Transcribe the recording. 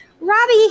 Robbie